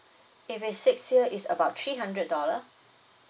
if it's six year it's about three hundred dollar